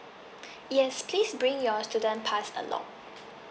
yes please bring your student pass along